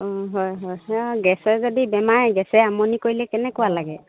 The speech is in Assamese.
অঁ হয় হয় গেছে যদি বেমাৰ গেছে আমনি কৰিলে কেনেকুৱা লাগে